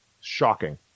shocking